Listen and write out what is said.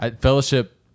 Fellowship